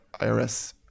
IRS